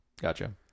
Gotcha